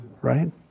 right